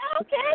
okay